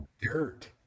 dirt